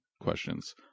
questions